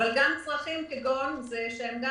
אבל גם צרכים אחרים, כגון זה שלא